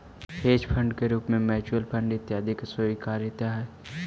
hedge fund के रूप में म्यूच्यूअल फंड इत्यादि के स्वीकार्यता हई